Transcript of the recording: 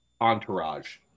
entourage